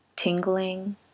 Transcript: Tingling